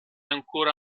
ancora